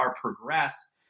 progress